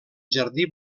jardí